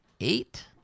Eight